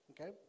okay